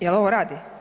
jel ovo radi?